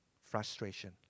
frustration